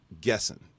guessing